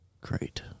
Great